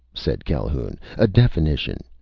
said calhoun, a definition.